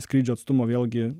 skrydžio atstumo vėlgi